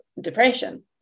depression